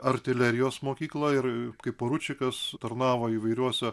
artilerijos mokyklą ir kaip poručikas tarnavo įvairiuose